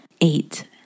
Eight